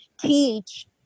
teach